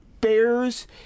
bears